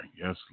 Yes